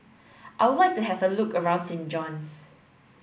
I would like to have a look around Saint John's